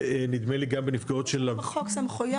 ונדמה לי גם נפגעות של --- יש לנו בחוק סמכויות,